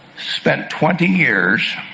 spent twenty years